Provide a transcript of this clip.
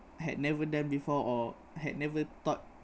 I had never done before or had never thought